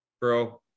Bro